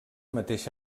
mateix